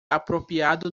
apropriado